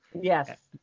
Yes